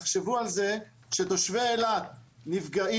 תחשבו על זה, שתושבי אילת נפגעים,